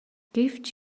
гэвч